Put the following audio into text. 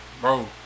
Bro